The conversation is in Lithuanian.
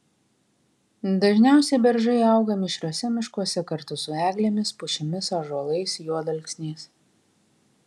dažniausiai beržai auga mišriuose miškuose kartu su eglėmis pušimis ąžuolais juodalksniais